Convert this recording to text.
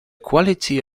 quality